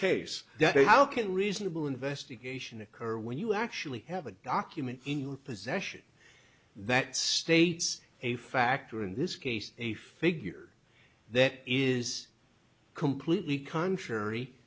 case that is how can reasonable investigation occur when you actually have a document in your possession that states a factor in this case a figure that is completely contrary